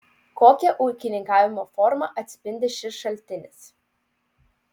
kokią ūkininkavimo formą atspindi šis šaltinis